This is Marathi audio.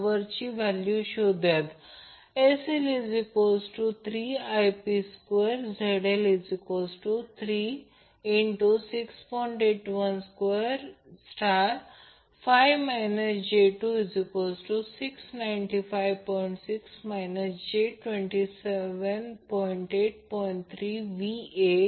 त्याचप्रमाणे या Ib साठी आणि त्याचप्रमाणे येथे Ic साठी आहे आणि हा न्युट्रल पॉईंट N आहे आणि हा Z a Z b Z c आणि हे फेज व्होल्टेज VAN VBN आणि VCN आहे